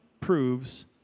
proves